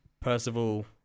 Percival